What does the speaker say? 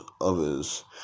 others